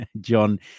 John